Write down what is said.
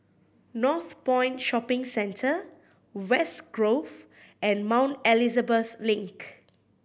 Northpoint Shopping Centre West Grove and Mount Elizabeth Link